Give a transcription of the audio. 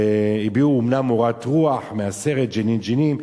הביעו אומנם מורת רוח מהסרט "ג'נין ג'נין",